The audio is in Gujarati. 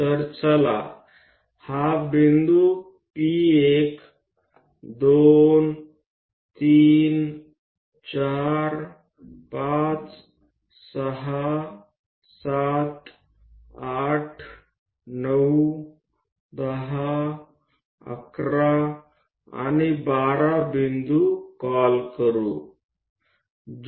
તો ચાલો આપણે આ બિંદુઓને P 1 2 3 4 5 6 7 8 9 10 11 અને 12 બોલાવીએ